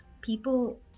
People